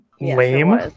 Lame